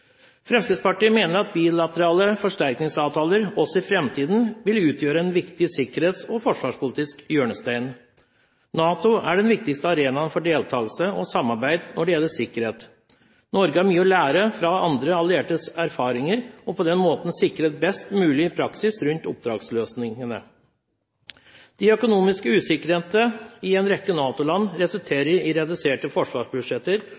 Fremskrittspartiet mener at bilaterale forsterkningsavtaler også i framtiden vil utgjøre en viktig sikkerhets- og forsvarspolitisk hjørnestein. NATO er den viktigste arenaen for deltakelse og samarbeid når det gjelder sikkerhet. Norge har mye å lære av andre alliertes erfaringer og kan på den måten sikre best mulig praksis rundt oppdragsløsningene. Den økonomiske usikkerheten i en rekke NATO-land resulterer i reduserte forsvarsbudsjetter